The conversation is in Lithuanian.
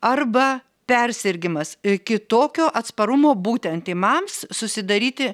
arba persirgimas iki tokio atsparumo būtent tymams susidaryti